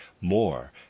more